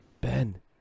Ben